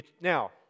Now